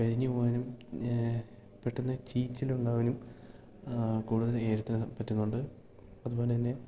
കരിഞ്ഞ് പോവാനും പെട്ടെന്ന് ചീച്ചിലുണ്ടാവാനും കൂടുതൽ ഏലത്തിന് പറ്റുന്നുണ്ട് അതുപോലെ തന്നെ